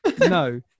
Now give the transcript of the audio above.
no